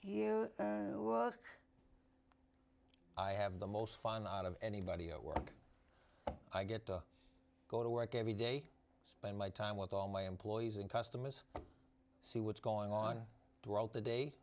look i have the most fun out of anybody at work i get to go to work every day spend my time with all my employees and customers see what's going on throughout the day